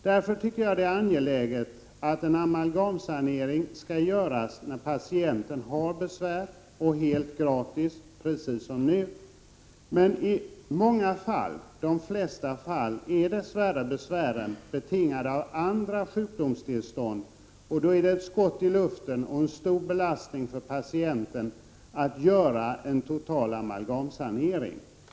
Därför är det angeläget att en amalgamsanering görs när en patient har besvär och att detta då sker helt gratis, precis som nu. I många fall, i de flesta, är emellertid dess värre besvären betingade av andra sjukdomstillstånd. Då är det ett skott i luften och en stor belastning för patienten att göra en total amalgamsanering.